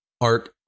art